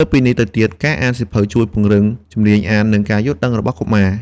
លើសពីនេះទៅទៀតការអានសៀវភៅជួយពង្រឹងជំនាញអាន និងការយល់ដឹងរបស់កុមារ។